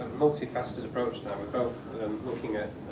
multi-faceted approach to that, we're both looking at,